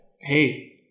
Hey